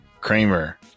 Kramer